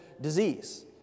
disease